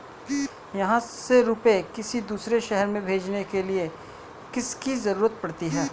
यहाँ से रुपये किसी दूसरे शहर में भेजने के लिए किसकी जरूरत पड़ती है?